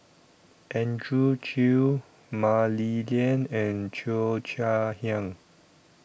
Andrew Chew Mah Li Lian and Cheo Chai Hiang